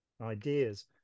ideas